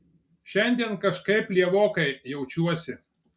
šiandien kažkaip lievokai jaučiuosi